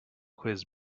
quiz